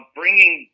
bringing